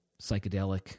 psychedelic